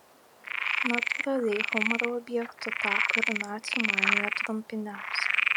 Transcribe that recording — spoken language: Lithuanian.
natūraliai humoro objektu tapo ir nacių manija trumpiniams